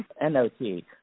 N-O-T